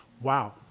Wow